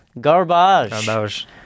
Garbage